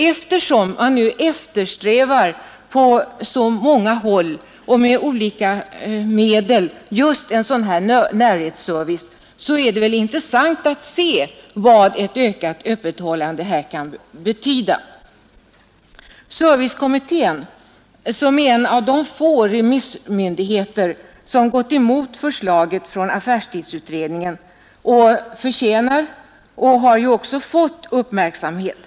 Eftersom man på så många håll och med olika medel eftersträvar just en närhetsservice är det väl intressant att se vad ett ökat öppethållande kan betyda. Servicekommittén, en av de få remissmyndigheter som har gått emot förslaget från affärstidsutredningen, förtjänar och har också fått uppmärksamhet.